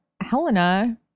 Helena